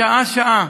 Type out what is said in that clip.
שעה-שעה,